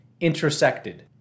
intersected